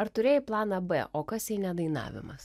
ar turėjai planą b o kas jei ne dainavimas